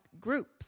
groups